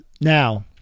Now